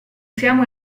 siamo